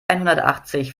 einhundertachtzig